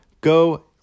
Go